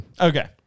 Okay